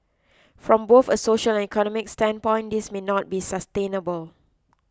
from both a social and economic standpoint this may not be sustainable